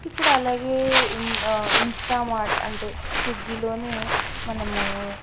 ఇప్పుడు అలాగే in Instamart అంటే స్విగ్గీలోనే మనము